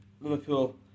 Liverpool